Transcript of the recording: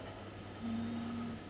mm